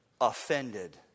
offended